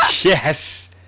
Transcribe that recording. Yes